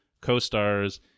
co-stars